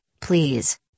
please